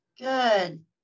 Good